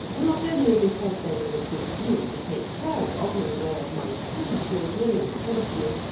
not only because there was a good deal to take care of in the way of my school-children and pensioners,